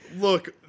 look